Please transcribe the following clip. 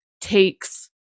takes